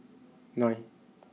nine